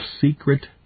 secret